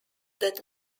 that